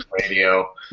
radio